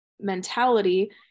mentality